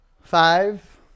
Five